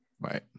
right